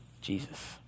Jesus